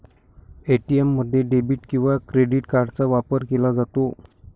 ATM मध्ये debit किंवा credit कार्डचा वापर केला जातो